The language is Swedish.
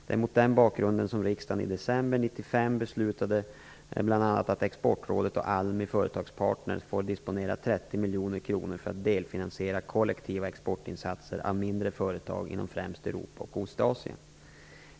Det är mot den bakgrunden som riksdagen i december 1995 beslutade bl.a. att Exportrådet och ALMI Företagspartner AB får disponera 30 miljoner kronor för att delfinansiera kollektiva exportinsatser av mindre företag inom främst Europa och Ostasien.